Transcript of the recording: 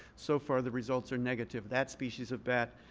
so far, the results are negative. that species of bat